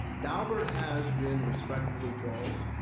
daubert has been, respectfully, charles,